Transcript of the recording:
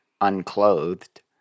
unclothed